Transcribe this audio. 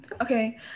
okay